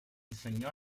segnò